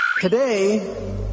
Today